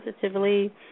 positively